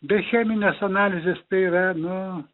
be cheminės analizės tai yra nu